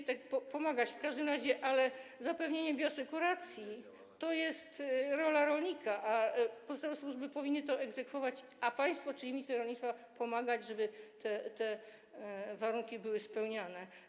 Możemy pomagać w każdym razie, ale zapewnienie bioasekuracji to jest rola rolnika, a podstawowe służby powinny to egzekwować, a państwo, czyli minister rolnictwa, pomagać, żeby te warunki były spełniane.